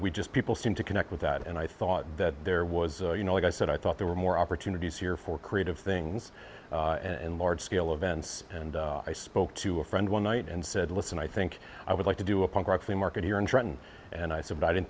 we just people seem to connect with that and i thought that there was you know like i said i thought there were more opportunities here for creative things and large scale events and i spoke to a friend one night and said listen i think i would like to do a punk rock flea market here in trenton and i said i didn't